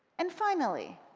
and finally,